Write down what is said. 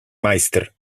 meister